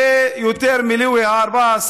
זה יותר מלואי ה-14: